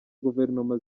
guverinoma